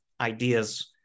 ideas